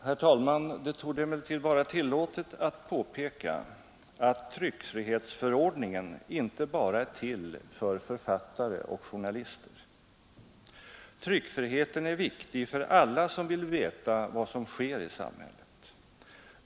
Herr talman! Det torde emellertid vara tillåtet att påpeka att tryckfrihetsförordningen inte bara är till för författare och journalister. Tryckfriheten är viktig för alla som vill veta vad som sker i samhället.